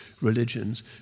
religions